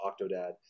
Octodad